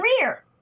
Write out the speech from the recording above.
career